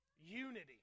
Unity